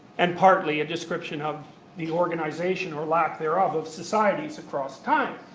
and partly a description of the organisation, or lack thereof, of societies across time.